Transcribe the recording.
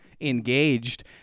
engaged